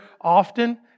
often